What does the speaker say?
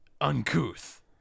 Uncouth